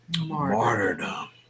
martyrdom